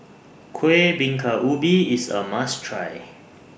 Kuih Bingka Ubi IS A must Try